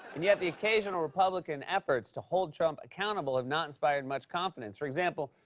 and yet the occasional republican efforts to hold trump accountable have not inspired much confidence. for example,